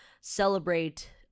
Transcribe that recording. celebrate